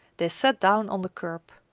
they sat down on the curb.